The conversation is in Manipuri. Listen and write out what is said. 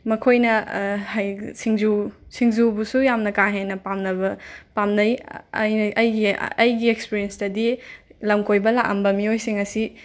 ꯃꯈꯣꯏꯅ ꯍꯩ ꯁꯤꯡꯖꯨ ꯁꯤꯡꯖꯨꯕꯨꯁꯨ ꯌꯥꯝꯅ ꯀꯥ ꯍꯦꯟꯅ ꯄꯥꯝꯅꯕ ꯄꯥꯝꯅꯩ ꯑꯩꯅ ꯑꯩꯒꯤ ꯑꯩꯒꯤ ꯑꯦꯛꯁꯄꯔꯦꯟꯁꯇꯗꯤ ꯂꯝ ꯀꯣꯏꯕ ꯂꯥꯛꯑꯝꯕ ꯃꯤꯑꯣꯏꯁꯤꯡ ꯑꯁꯤ